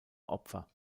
opfer